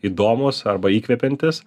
įdomūs arba įkvepiantys